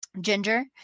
ginger